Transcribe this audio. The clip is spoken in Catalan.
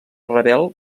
rebel